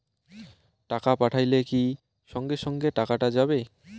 টাকা পাঠাইলে কি সঙ্গে সঙ্গে টাকাটা যাবে?